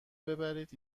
ببرید